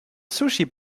sushi